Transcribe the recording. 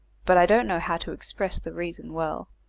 but i don't know how to express the reason well.